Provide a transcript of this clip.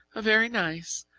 a very nice,